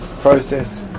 process